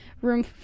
Room